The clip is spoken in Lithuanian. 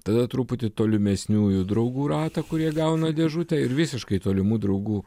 tada truputį tolimesniųjų draugų ratą kurie gauna dėžutę ir visiškai tolimų draugų